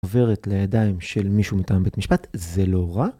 עוברת לידיים של מישהו מטעם בית משפט, זה לא רע.